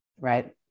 right